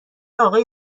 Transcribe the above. اقای